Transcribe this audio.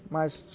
ମାଛ୍